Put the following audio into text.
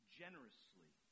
generously